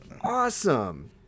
awesome